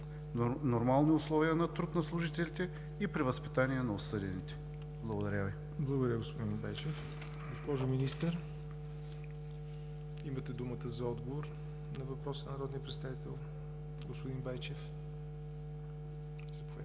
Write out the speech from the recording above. нормални условия на труд на служителите и превъзпитание на осъдените? Благодаря Ви. ПРЕДСЕДАТЕЛ ЯВОР НОТЕВ: Благодаря, господин Байчев. Госпожо Министър, имате думата за отговор на въпроса на народния представител господин Байчев.